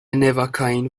نواکائین